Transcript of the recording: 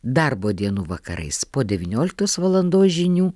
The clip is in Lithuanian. darbo dienų vakarais po devynioliktos valandos žinių